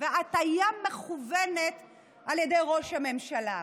והטעיה מכוונת על ידי ראש הממשלה,